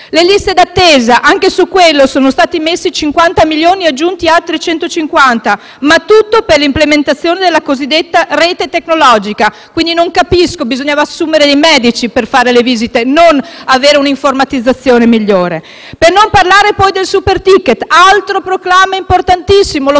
liste d'attesa sono stati messi 50 milioni di euro e aggiunti altri 150, ma tutto per l'implementazione della cosiddetta «rete tecnologica». Non capisco: bisognava assumere i medici per fare le visite, non avere un'informatizzazione migliore. Per non parlare, poi, del superticket, altro proclama importantissimo: